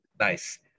nice